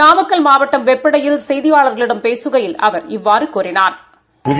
நாமக்கல் மாவட்டம் வெப்படையில் செய்தியாளா்களிடம் பேசுகையில் அவா் இவ்வாறு கூறினாா்